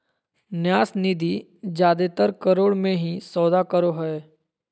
न्यास निधि जादेतर करोड़ मे ही सौदा करो हय